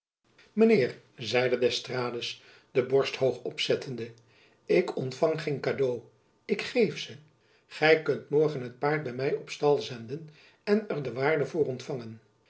zeide d'estrades de borst hoog opzettende ik ontfang geen cadeaux ik geef ze gy kunt morgen het paard by my op stal zenden en er de waarde voor ontfangen